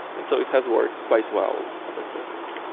and so it has worked quite well ever since.